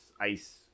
ice